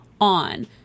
on